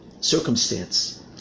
circumstance